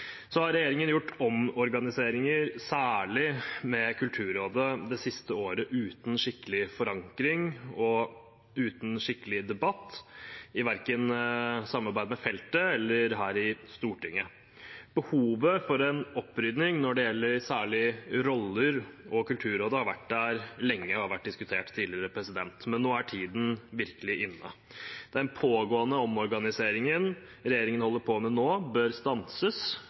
har gjort omorganiseringer det siste året, særlig med Kulturrådet, uten skikkelig forankring og skikkelig debatt, verken i samarbeid med feltet eller her i Stortinget. Behovet for en opprydding når det gjelder særlig roller og Kulturrådet, har vært der lenge og har vært diskutert tidligere, men nå er tiden virkelig inne. Den pågående omorganiseringen regjeringen holder på med nå, bør stanses